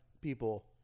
people